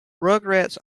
rugrats